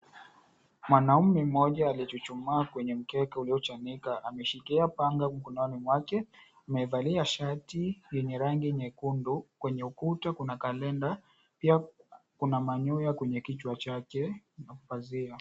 Mwanamume mmoja aliyechuchumaa kwenye mkeka uliochanika, ameshikilia panga mkononi mwake, amevalia shati yenye rangi nyekundu. Kwenye ukuta kuna kalenda. Pia kuna manyoya kwenye kichwa chake na pazia.